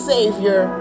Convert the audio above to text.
Savior